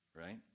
Right